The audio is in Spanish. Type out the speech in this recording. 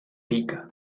pica